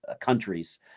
countries